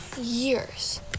years